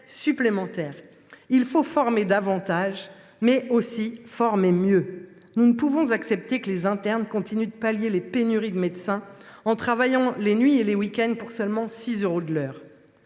supplémentaires ? Il faut former davantage, mais aussi former mieux. Nous ne pouvons accepter que les internes continuent de pallier les pénuries de médecins en travaillant les nuits et les week ends pour seulement 6 euros de l’heure